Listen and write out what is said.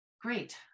Great